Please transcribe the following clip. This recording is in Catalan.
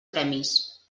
premis